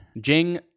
Jing